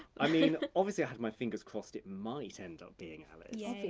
i mean, obviously, i had my fingers crossed it might end up being alice. yeah,